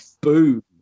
boom